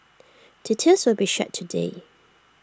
details will be shared today